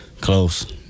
Close